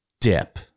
dip